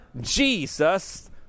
Jesus